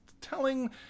telling